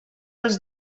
els